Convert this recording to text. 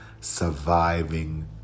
surviving